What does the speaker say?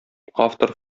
автор